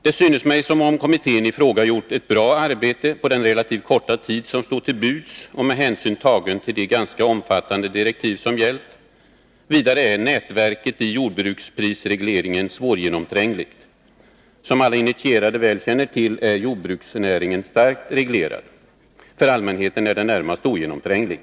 Det synes mig som om kommittén i fråga gjort ett bra arbete på den relativt korta tid som stod till buds och med hänsyn tagen till de ganska omfattande direktiv som gällt. Vidare är nätverket i jordbruksprisregleringen svårgenomträngligt. Som alla initierade väl känner till är jordbruksnäringen starkt reglerad. För allmänheten är regleringen närmast ogenomtränglig.